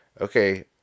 okay